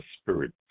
spirit